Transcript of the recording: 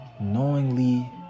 knowingly